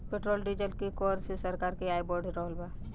petrol diesel के कर से सरकार के आय बढ़ रहल बा